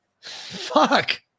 Fuck